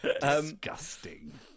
Disgusting